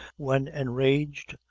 when enraged,